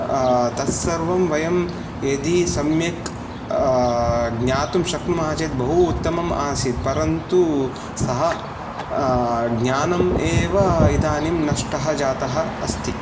तत् सर्वं वयं यदि सम्यक् ज्ञातुं शक्नुमः चेत् बहू उत्तमम् आसीत् परन्तु सः ज्ञानं एव इदानीं नष्टः जातः अस्ति